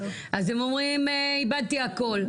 אז הם אומרים איבדתי הכל.